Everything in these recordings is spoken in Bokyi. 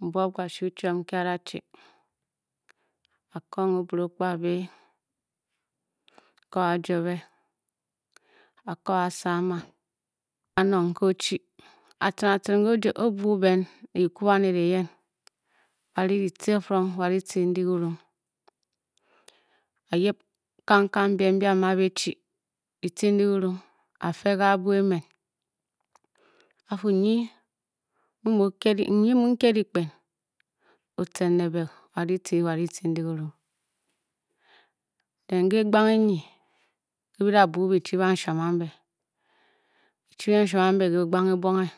Mbuob kashu chiom nki a- da chi, a- kong obireokpabi, a- ko a- juobe, a-ko a-asama ke kanong nke o-chi, atciring- atciring o-juo, o-buu ben ne ki kwu baned eyen, ba- ri ditci- firmg wa ditce ndi kiran. A-yip kangkang. Biem mbi a-muu a-ba e-chi ditce ndi kirun. a-fe ke abuo emen. a-fuu nyi mu n-kye dikpen o- tcen nẹ bě wa ditce, wa ditce ndi kirun. deh ke egbang enyi nke byi da bwu byi chi- banshuaun ambe, byi chi banshuann ambe ke egbang ebonghe,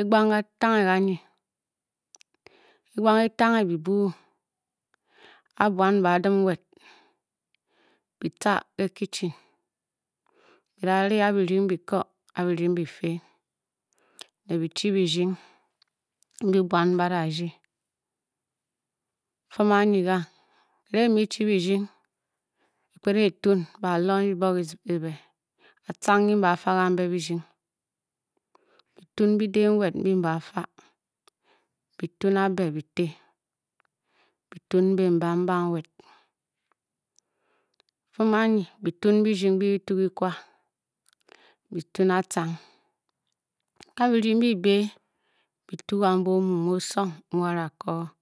egbang katangheganyi, egbang etanghe byi buu, a- buan mbe a- dim nwed, bi tca ke kitchen, byi da a-a birding biko, a-a birding bife, ne byi chi birding mbyi buan ba da rdi, fum anyi gang, erenghe byi muu byi chi birding byi kped eng e-tuun ba lunch box ebě, atcang nyi mbe ba fa gambe birding byi tuun bide nwed mbiy m be ba fa, byi tuun àbé byi tě, byi tuûn benbam banwed, fum anyi byi tuun birding mbe byi tuu kikwa byi tuun atcang, ka birding byi-be byi tuu gambe omu muo-aosong mu ba da-ko